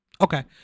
Okay